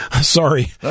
sorry